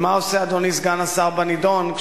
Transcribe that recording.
2. מה עושה אדוני סגן השר בנדון,